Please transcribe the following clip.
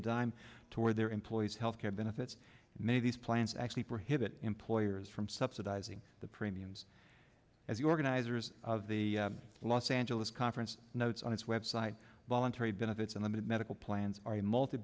a dime toward their employees health care benefits may these plans actually prohibit employers from subsidizing the premiums as the organizers of the los angeles conference notes on its web site voluntary benefits and the medical plans are a multi